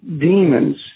demons